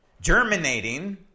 germinating